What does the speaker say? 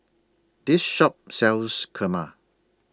This Shop sells Kurma